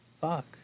fuck